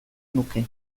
nuke